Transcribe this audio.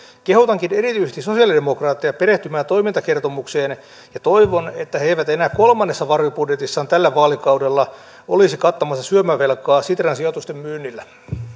kehotankin erityisesti sosiaalidemokraatteja perehtymään toimintakertomukseen ja toivon että he eivät enää kolmannessa varjobudjetissaan tällä vaalikaudella olisi kattamassa syömävelkaa sitran sijoitusten myynnillä